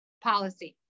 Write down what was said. policy